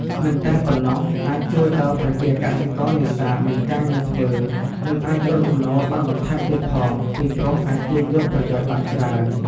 មិនប៉ុណ្ណោះអាចជួយដល់ប្រជាកសិករនេសាទមានការងារធ្វើ និងអាចរកចំណូលបានបន្ថែមទៀតផងពីព្រោះអាចទាញយកប្រយោជន៍បានច្រើន។